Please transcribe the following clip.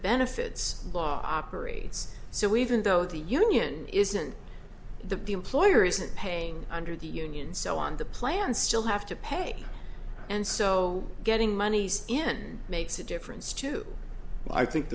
benefits law operates so even though the union isn't the employer isn't paying under the union so on the plan still have to pay and so getting moneys in makes a difference to i think